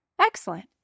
Excellent